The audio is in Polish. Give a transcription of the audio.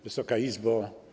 Wysoka Izbo!